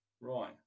right